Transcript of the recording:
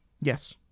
Yes